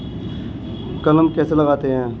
कलम कैसे लगाते हैं?